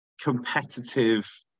competitive